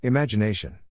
Imagination